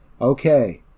Okay